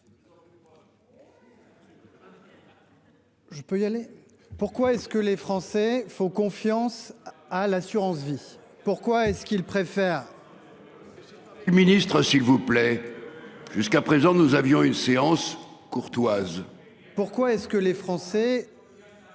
Je peux y aller. Pourquoi est-ce que les Français font confiance à l'assurance vie. Pourquoi est-ce qu'il préfère. Le ministre s'il vous plaît. Jusqu'à présent nous avions une séance courtoise. Pourquoi est-ce que les Français.